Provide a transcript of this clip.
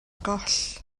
goll